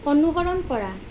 অনুসৰণ কৰা